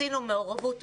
רצינו מעורבות הורים,